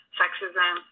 sexism